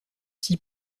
six